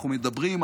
אנחנו מדברים,